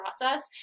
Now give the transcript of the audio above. process